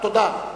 תודה.